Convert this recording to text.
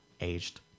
aged